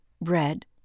Bread